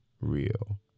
real